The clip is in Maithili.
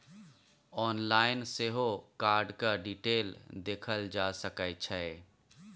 आनलाइन सेहो कार्डक डिटेल देखल जा सकै छै